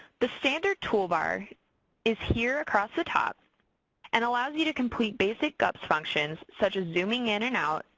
the standard toolbar is here across the top and allows you to complete basic gups functions such as zooming in and out,